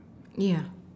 yeah